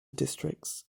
districts